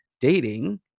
dating